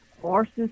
horses